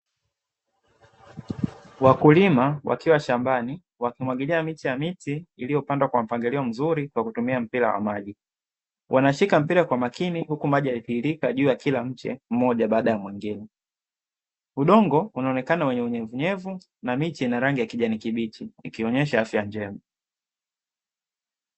Wakulima wakiwa shambani, wakimwagilia miche ya miti iliyopandwa kwa mpangilio mzuri kwa kutumia mpira wa maji. Wanashika mpira kwa makini huku maji yakitiririka juu ya kila mche mmoja baada ya mwingine. Udongo unaonekana wenye unyevuunyevu na miche ina rangi ya kijani kibichi ikionyesha afya njema.